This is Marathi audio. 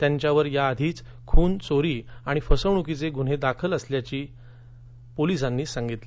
त्यांच्यावर या धीच खून चोरी णि फसवणुकीचे गुन्हे दाखल असल्याचं पोलिसांनी सांगितलं